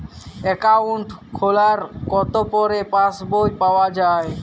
Account খোলার কতো পরে পাস বই পাওয়া য়ায়?